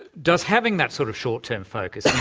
does having that sort of short-term focus,